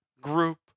group